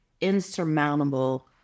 insurmountable